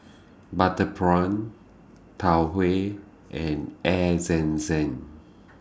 Butter Prawn Tau Huay and Air Zam Zam